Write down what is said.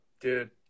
dude